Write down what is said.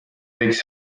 võiks